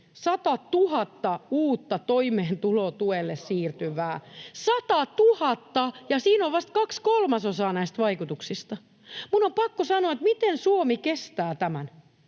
100 000 uutta toimeentulotuelle siirtyvää, 100 000! Ja siinä on vasta kaksi kolmasosaa näistä vaikutuksista. Minun on pakko sanoa, että miten Suomi kestää tämän,